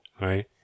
right